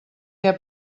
què